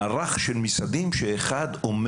מערך של משרדים, שאחד אומר